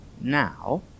now